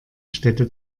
städte